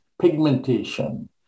pigmentation